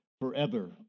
forever